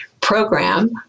program